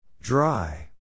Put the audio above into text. Dry